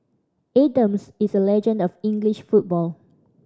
Adams is a legend of English football